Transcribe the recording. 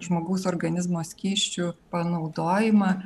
žmogaus organizmo skysčių panaudojimą